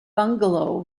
bungalow